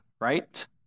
right